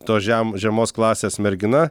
to žem žemos klasės mergina